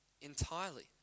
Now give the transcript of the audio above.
entirely